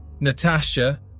Natasha